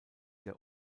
der